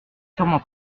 sûrement